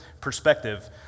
perspective